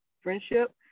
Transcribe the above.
friendship